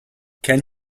can